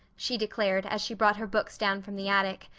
she declared as she brought her books down from the attic.